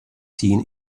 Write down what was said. seen